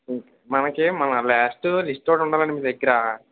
మనకి మన last list ఒకటి ఉండాలి అండి మీ దగ్గర